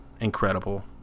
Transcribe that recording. incredible